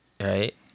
right